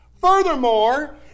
Furthermore